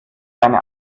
eine